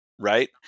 right